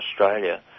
Australia